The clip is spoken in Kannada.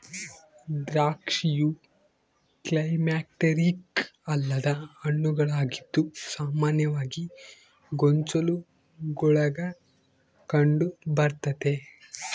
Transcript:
ದ್ರಾಕ್ಷಿಯು ಕ್ಲೈಮ್ಯಾಕ್ಟೀರಿಕ್ ಅಲ್ಲದ ಹಣ್ಣುಗಳಾಗಿದ್ದು ಸಾಮಾನ್ಯವಾಗಿ ಗೊಂಚಲುಗುಳಾಗ ಕಂಡುಬರ್ತತೆ